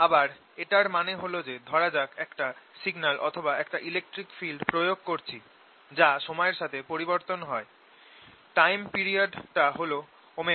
আবার এটার মানে হল যে ধরা যাক একটা সিগনাল অথবা একটা ইলেকট্রিক ফিল্ড প্রয়োগ করছি যা সময়ের সাথে পরিবর্তন হয় টাইম পিরিয়ড টা হল ω